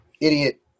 idiot